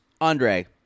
Andre